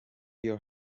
your